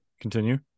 Continue